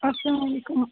اَسلامُ علیکُم